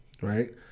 Right